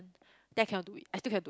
then I cannot do it I still do